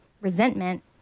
resentment